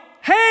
hey